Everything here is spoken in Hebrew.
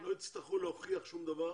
שלא יצטרכו להוכיח שום דבר